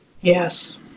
Yes